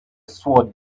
sword